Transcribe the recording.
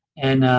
and